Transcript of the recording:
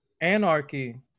anarchy